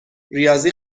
ریاضی